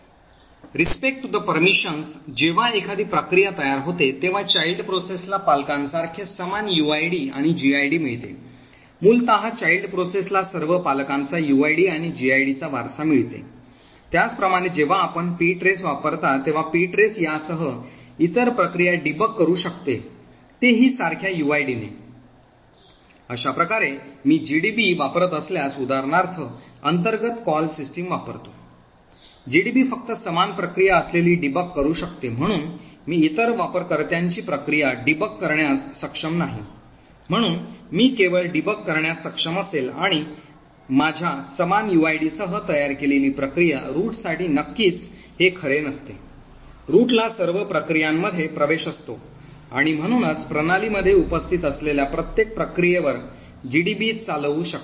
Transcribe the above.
परवानग्याविषयी जेव्हा एखादी प्रक्रिया तयार होते तेव्हा child process ला पालकांसारखे समान uid आणि gid मिळते मूलत child process ला सर्व पालकांचा uid आणि gid चा वारसा मिळतो त्याचप्रमाणे जेव्हा आपण ptrace वापरता तेव्हा ptrace यासह इतर प्रक्रिया डीबग करू शकते तेही सारख्या युआयडी ने अशा प्रकारे मी जीडीबी वापरत असल्यास उदाहरणार्थ अंतर्गत कॉल सिस्टम वापरतो जीडीबी फक्त समान प्रक्रिया असलेली डीबग करू शकते म्हणून मी इतर वापरकर्त्यांची प्रक्रिया डीबग करण्यास सक्षम नाही म्हणून मी केवळ डीबग करण्यास सक्षम असेल आणि माझ्या समान uid सह तयार केलेली प्रक्रिया रूटसाठी नक्कीच हे खरे नसते root ला सर्व प्रक्रियांमध्ये प्रवेश असतो आणि म्हणूनच प्रणालीमध्ये उपस्थित असलेल्या प्रत्येक प्रक्रियेवर जीडीबी चालवू शकते